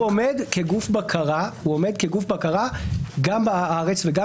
-- הוא עומד כגוף בקרה גם בארץ וגם